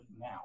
now